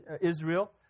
Israel